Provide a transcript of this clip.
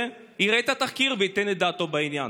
יראה את התחקיר וייתן את דעתו בעניין.